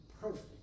perfect